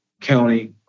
county